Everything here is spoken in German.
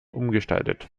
umgestaltet